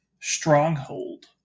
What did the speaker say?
Stronghold